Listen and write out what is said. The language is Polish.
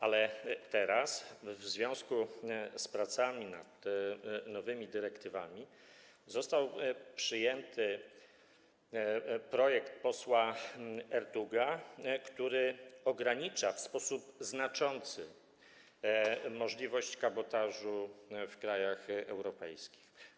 Ale teraz, w związku z pracami nad nowymi dyrektywami, został przyjęty projekt posła Ertuga, który w sposób znaczący ogranicza możliwość kabotażu w krajach europejskich.